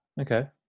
Okay